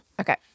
Okay